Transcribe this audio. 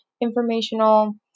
informational